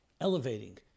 elevating